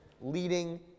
leading